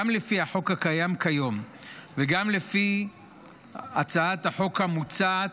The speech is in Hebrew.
גם לפי החוק הקיים כיום וגם לפי הצעת החוק המוצעת,